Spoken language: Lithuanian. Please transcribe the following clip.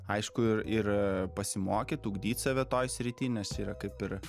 aišku ir ir pasimokyt ugdyti save toj srity nes yra kaip ir